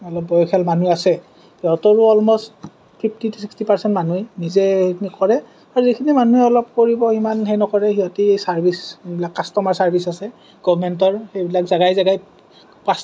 বয়সীয়াল মানুহ আছে সিহঁতৰো অলম'ষ্ট ফিফটি ছিক্সটি পাৰ্চেন্ট মানুহে নিজে এইখিনি কৰে আৰু যিখিনি মানুহে অলপ কৰিব ইমান হেৰি নকৰে সিহঁতে চাৰ্ভিছ কিবা কাষ্টমাৰ চাৰ্ভিছ আছে গৱৰ্মেন্টৰ সেইবিলাক জেগাই জেগাই